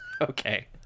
Okay